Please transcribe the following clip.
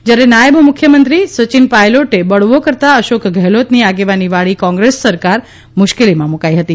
જ્યારે નાયબ મુખ્યમંત્રી સચિન પાયલોટે બળવો કરતાં અશોક ગેહલોતની આગેવાનીવાળી કોંગ્રેસ સરકાર મુશ્કેલીમાં મુકાઈ હતી